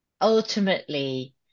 ultimately